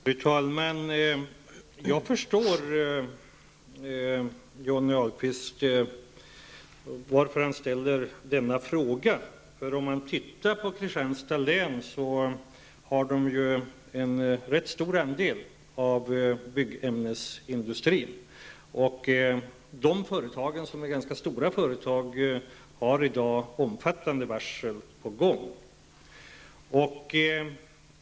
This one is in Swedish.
Fru talman! Jag förstår varför Johnny Ahlqvist ställer den frågan. Om man tittar på Kristianstads län ser man att länet har en rätt stor andel av byggämnesindustrin. De företagen, som är ganska stora, har i dag omfattande varsel på gång.